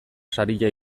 saria